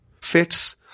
fits